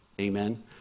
Amen